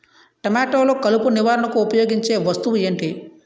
టమాటాలో కలుపు నివారణకు ఉపయోగించే వస్తువు ఏంటి?